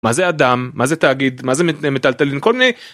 מה זה אדם? מה זה תאגיד? מה זה מטלטלין? כל מיני...